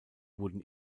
wurden